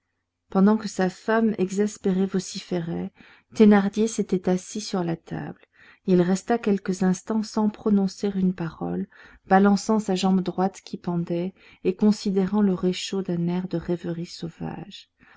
pendant que sa femme exaspérée vociférait thénardier s'était assis sur la table il resta quelques instants sans prononcer une parole balançant sa jambe droite qui pendait et considérant le réchaud d'un air de rêverie sauvage